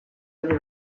aldi